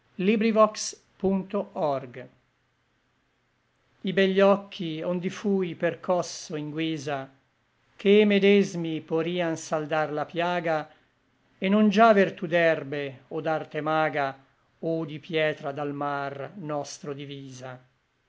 d'arte i begli occhi ond'i fui percosso in guisa ch'e medesmi porian saldar la piaga et non già vertú d'erbe o d'arte maga o di pietra dal mar nostro divisa